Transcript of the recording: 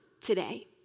today